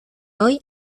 hoy